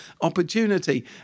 opportunity